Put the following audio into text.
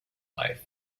life